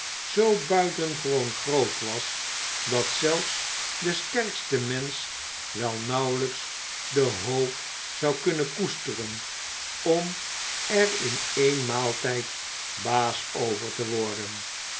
zoo buitengewoon groot was dat zelfs de sterkste mensch wel nauwelijks de hoop zou kunnen koesteren om er in één maaltijd baas over te worden